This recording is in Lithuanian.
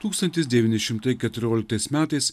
tūkstantis devyni šimtai keturioliktais metais